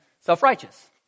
self-righteous